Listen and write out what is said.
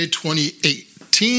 2018